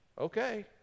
okay